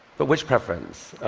but which preference?